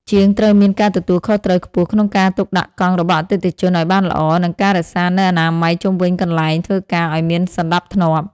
ជាងត្រូវមានការទទួលខុសត្រូវខ្ពស់ក្នុងការទុកដាក់កង់របស់អតិថិជនឱ្យបានល្អ និងការរក្សានូវអនាម័យជុំវិញកន្លែងធ្វើការឱ្យមានសណ្តាប់ធ្នាប់។